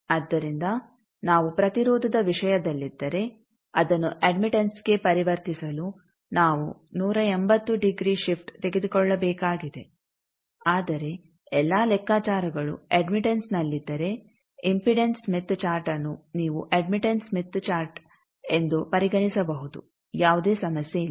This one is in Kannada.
ಆದ್ದರಿಂದ ನಾವು ಪ್ರತಿರೋಧದ ವಿಷಯದಲ್ಲಿದ್ದರೆ ಅದನ್ನು ಅಡ್ಮಿಟೆಂಸ್ಗೆ ಪರಿವರ್ತಿಸಲು ನಾವು 180 ಡಿಗ್ರಿ ಶಿಫ್ಟ್ ತೆಗೆದುಕೊಳ್ಳಬೇಕಾಗಿದೆ ಆದರೆ ಎಲ್ಲಾ ಲೆಕ್ಕಾಚಾರಗಳು ಅಡ್ಮಿಟೆಂಸ್ನಲ್ಲಿದ್ದರೆ ಇಂಪೀಡನ್ಸ್ ಸ್ಮಿತ್ ಚಾರ್ಟ್ಅನ್ನು ನೀವು ಅಡ್ಮಿಟೆಂಸ್ ಸ್ಮಿತ್ ಚಾರ್ಟ್ ಎಂದು ಪರಿಗಣಿಸಬಹುದು ಯಾವುದೇ ಸಮಸ್ಯೆ ಇಲ್ಲ